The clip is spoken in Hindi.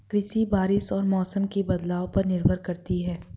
कृषि बारिश और मौसम के बदलाव पर निर्भर करती है